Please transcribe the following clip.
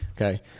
Okay